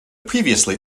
previously